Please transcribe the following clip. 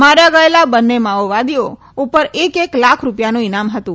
માર્યા ગયેલા બંને માઓવાદીઓ ઉપર એક એક લાખ રૂપિયાનું ઈનામ હતું